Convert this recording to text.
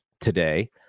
today